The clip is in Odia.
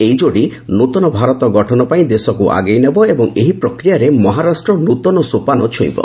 ଏଇ ଯୋଡ଼ି ନ୍ତୁଆ ଭାରତ ଗଠନ ପାଇଁ ଦେଶକୁ ଆଗେଇ ନେବ ଏବଂ ଏହି ପ୍ରକ୍ରିୟାରେ ମହାରାଷ୍ଟ୍ର ନୂଆ ସୋପନ ଛୁଇଁବ